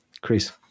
Chris